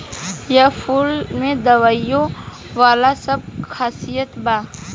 एह फूल में दवाईयो वाला सब खासियत बा